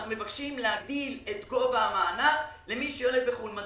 אנחנו מבקשים להגדיל את גובה המענק למי שיולד בחו"ל כי